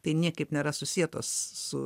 tai niekaip nėra susietos su